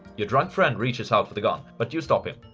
your drunk friend reaches out for the gun, but you stop him.